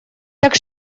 так